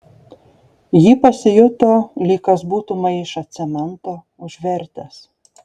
ji pasijuto lyg kas būtų maišą cemento užvertęs